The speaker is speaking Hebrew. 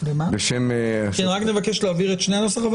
בשם --- רק נבקש להעביר את שני הנוסחים,